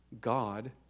God